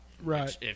Right